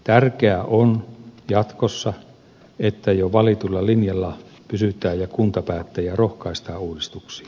tärkeää on jatkossa että jo valitulla linjalla pysytään ja kuntapäättäjiä rohkaistaan uudistuksiin